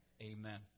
Amen